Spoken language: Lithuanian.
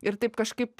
ir taip kažkaip